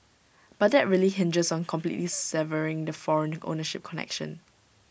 but that really hinges on completely severing the foreign ownership connection